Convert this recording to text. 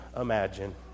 imagine